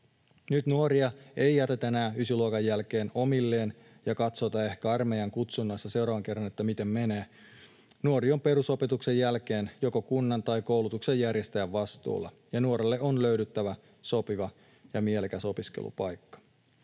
Nyt nuoria ei jätetä enää ysiluokan jälkeen omilleen ja katsota ehkä armeijan kutsunnoissa seuraavan kerran, että miten menee. Nuori on perusopetuksen jälkeen joko kunnan tai koulutuksen järjestäjän vastuulla, ja nuorelle on löydyttävä sopiva ja mielekäs opiskelupaikka.